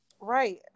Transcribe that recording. right